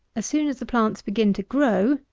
as soon as the plants begin to grow,